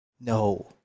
no